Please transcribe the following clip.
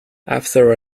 after